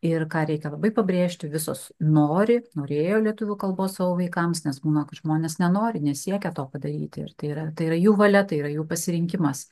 ir ką reikia labai pabrėžti visos nori norėjo lietuvių kalbos savo vaikams nes būna žmonės nenori nesiekia to padaryti ir tai yra tai yra jų valia tai yra jų pasirinkimas